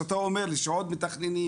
אתה אומר לי שעוד מתכננים,